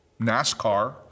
NASCAR